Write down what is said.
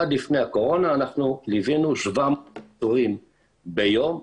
עד לפני הקורונה אנחנו ליווינו 700 עצורים ביום,